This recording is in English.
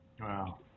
Wow